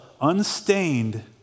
unstained